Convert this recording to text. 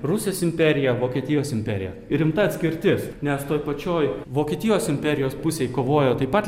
rusijos imperija vokietijos imperija rimta atskirtis nes toj pačioj vokietijos imperijos pusėj kovojo taip pat